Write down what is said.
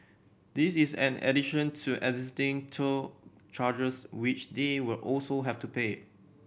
this is an addition to existing toll charges which they will also have to pay